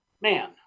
man